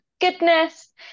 goodness